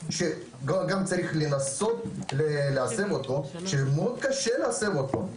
שצריך לנסות להסב אותו ומאוד קשה להסב אותו,